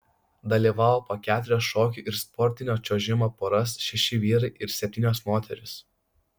dalyvavo po keturias šokių ir sportinio čiuožimo poras šeši vyrai ir septynios moterys